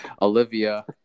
Olivia